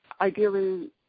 ideally